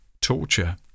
torture